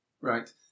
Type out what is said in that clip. Right